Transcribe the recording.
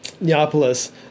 Neapolis